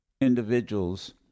individuals